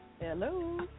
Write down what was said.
Hello